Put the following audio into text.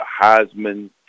Heisman